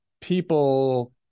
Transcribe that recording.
people